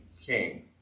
king